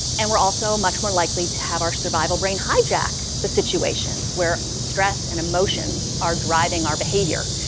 and we're also much more likely to have our survival brain hijack the situation where stress and emotions are driving our behavior.